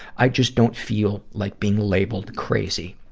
i just don't feel like being labeled crazy.